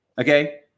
okay